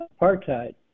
apartheid